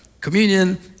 communion